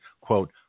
quote